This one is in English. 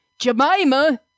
Jemima